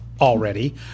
already